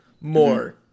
more